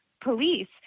police